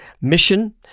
mission